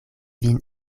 vin